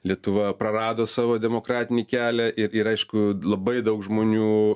lietuva prarado savo demokratinį kelią ir ir aišku labai daug žmonių